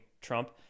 Trump